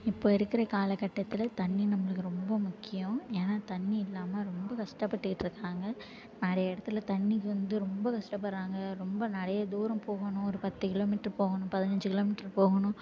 இப்போ இருக்கிற காலகட்டத்தில் தண்ணி நம்மளுக்கு ரொம்ப முக்கியம் ஏன்னால் தண்ணி இல்லாமல் ரொம்ப கஷ்டப்பட்டுகிட்டு இருக்காங்க நிறைய இடத்துல தண்ணிக்கு வந்து ரொம்ப கஷ்டப்படுறாங்க ரொம்ப நிறைய தூரம் போகணும் ஒரு பத்து கிலோ மீட்ரு போகணும் பதினைஞ்சு கிலோ மீட்ரு போகணும்